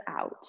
out